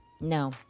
No